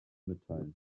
mitteilen